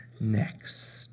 next